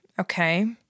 Okay